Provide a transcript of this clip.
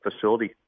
facility